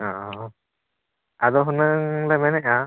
ᱦᱮᱸ ᱟᱫᱚ ᱦᱩᱱᱟᱹᱝ ᱞᱮ ᱢᱮᱱᱮᱜᱼᱟ